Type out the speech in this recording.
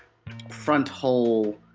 front hole!